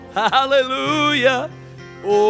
hallelujah